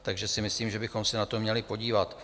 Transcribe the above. Takže si myslím, že bychom se na to měli podívat.